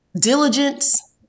diligence